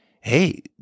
hey